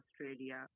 Australia